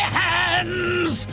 hands